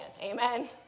amen